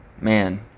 Man